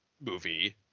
movie